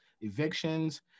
evictions